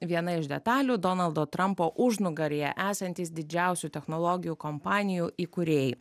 viena iš detalių donaldo trampo užnugaryje esantys didžiausių technologijų kompanijų įkūrėjai